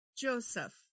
Joseph